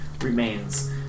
remains